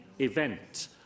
event